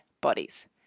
bodies